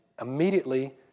immediately